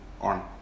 on